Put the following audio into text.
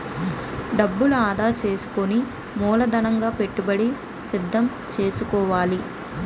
డబ్బు ఆదా సేసుకుని మూలధనంగా పెట్టుబడికి సిద్దం సేసుకోవాలి